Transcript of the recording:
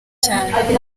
cyane